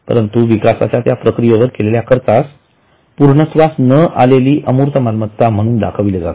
परंतु विकासाच्या त्या प्रक्रियेवर केलेल्या खर्चास पूर्णत्वास न आलेली अमूर्त मालमत्ता म्हणून दाखविले जाते